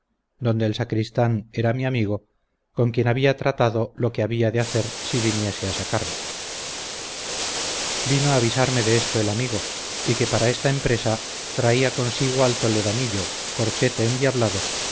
donde el sacristán era mi amigo con quien había tratado lo que había de hacer si viniese a sacarme vino a avisarme de esto el amigo y que para esta empresa traía consigo al toledanillo corchete endiablado